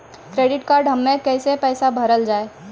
Credit card हम्मे कैसे पैसा भरल जाए?